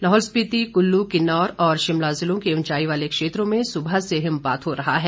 लाहौल स्पिति कुल्लू किन्नौर और शिमला ज़िलों के उंचाई वाले क्षेत्रों में सुबह से हिमपात हो रहा है